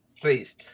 please